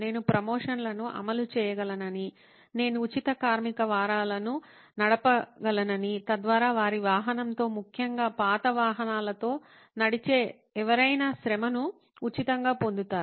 నేను ప్రమోషన్లను అమలు చేయగలనని నేను ఉచిత కార్మిక వారాలను నడపగలనని తద్వారా వారి వాహనంతో ముఖ్యంగా పాత వాహనాలతో నడిచే ఎవరైనా శ్రమను ఉచితంగా పొందుతారు